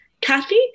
kathy